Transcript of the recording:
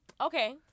Okay